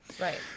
Right